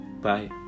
Bye